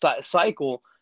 cycle